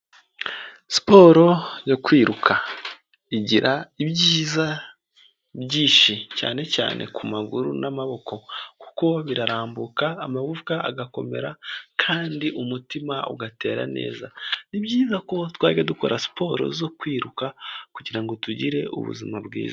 Siporo yo kwiruka igira ibyiza byinshi, cyane cyane ku maguru n'amaboko kuko birarambuka amagufwa agakomera kandi umutima ugatera neza, ni byiza ko twajya dukora siporo zo kwiruka kugira ngo tugire ubuzima bwiza.